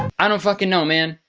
i don't fucking know, man.